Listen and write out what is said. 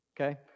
okay